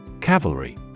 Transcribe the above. Cavalry